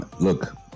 Look